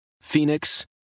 Phoenix